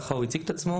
ככה הוא הציג את עצמו,